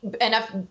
enough